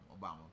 Obama